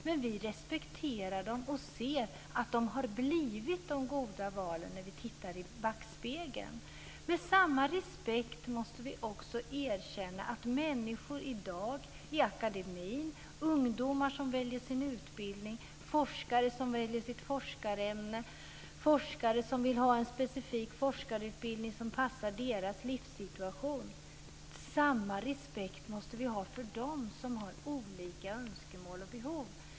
Men vi respekterar dem och ser att de har blivit goda val när vi tittar i backspegeln. Med samma respekt måste vi också se på människor i dag i akademin, ungdomar som väljer sin utbildning, forskare som väljer sitt forskarämne, forskare som vill ha en specifik forskarutbildning som passar deras livssituation. Vi måste ha samma respekt för dem, de som har olika önskemål och behov.